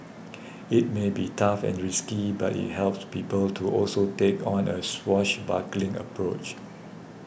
it may be tough and risky but it helps people to also take on a swashbuckling approach